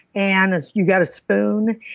and you got a spoon.